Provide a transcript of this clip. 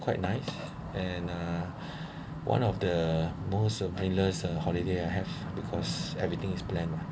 quite nice and uh one of the most of uh brainless holiday I have because everything is planned mah